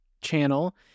channel